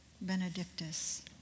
benedictus